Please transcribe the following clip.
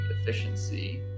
efficiency